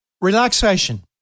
Relaxation